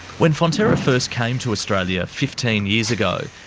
when fonterra first came to australia fifteen years ago,